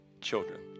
children